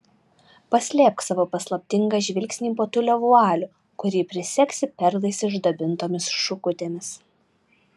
paslėpk savo paslaptingą žvilgsnį po tiulio vualiu kurį prisegsi perlais išdabintomis šukutėmis